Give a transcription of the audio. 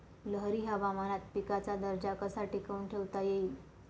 लहरी हवामानात पिकाचा दर्जा कसा टिकवून ठेवता येईल?